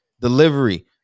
delivery